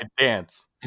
dance